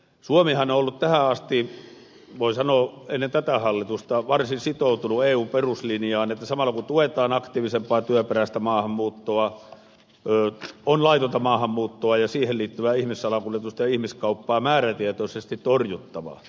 suomihan on ollut tähän asti voi sanoa ennen tätä hallitusta varsin sitoutunut eun peruslinjaan että samalla kun tuetaan aktiivisempaa työperäistä maahanmuuttoa on laitonta maahanmuuttoa ja siihen liittyvää ihmissalakuljetusta ja ihmiskauppaa määrätietoisesti torjuttava